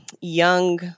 young